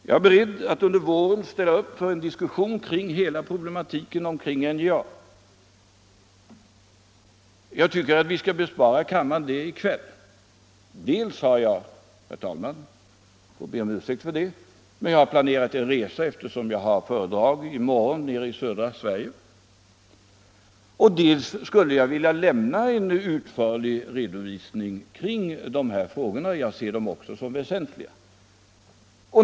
Jag är beredd att under våren ställa upp i en diskussion om hela problematiken kring NJA, men jag tycker att vi i kväll skall bespara kammaren den diskussionen därför att jag dels har planerat en resa — jag ber om ursäkt för det, herr talman, men jag skall i morgon hålla ett föredrag i södra Sverige —, dels skulle vilja lämna en utförlig redovisning kring dessa frågor, som även jag ser som väsentliga.